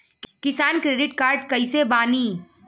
किसान credit card कइसे बानी?